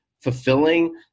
fulfilling